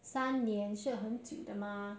三年是很久的吗